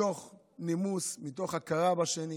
מתוך נימוס, מתוך הכרה בשני.